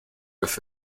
with